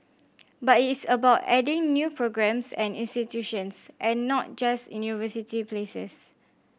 but it is about adding new programmes and institutions and not just university places